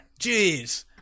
Jeez